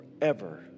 forever